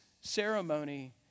ceremony